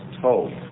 told